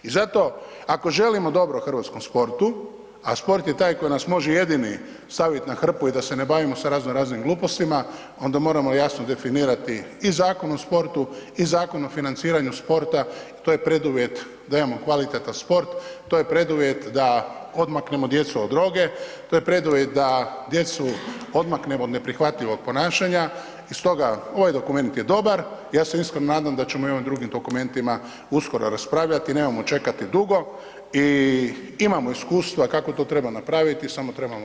I zato, ako želimo dobro hrvatskom sportu, a sport je taj koji nas može jedini staviti na hrpu i da se ne bavimo sa razno raznim glupostima, onda moramo jasno definirati i Zakon o sportu i Zakon o financiranju sporta i to je preduvjet da imamo kvalitetan sport, to je preduvjet da odmaknemo djecu od droge, to je preduvjet da djecu odmaknemo od neprihvatljivog ponašanja i stoga, ovaj dokument je dobar, ja se iskreno nadam da ćemo i o ovim drugim dokumentiramo uskoro raspravljati, nemojmo čekati dugo i imamo iskustva kako to treba napraviti, samo trebamo